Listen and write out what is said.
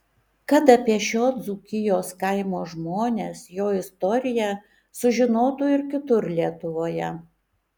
kad apie šio dzūkijos kaimo žmones jo istoriją sužinotų ir kitur lietuvoje